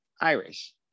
Irish